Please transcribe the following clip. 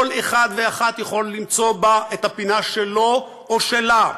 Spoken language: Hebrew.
כל אחת ואחד יכול למצוא בה את הפינה שלה או שלו.